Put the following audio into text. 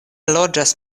loĝas